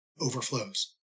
overflows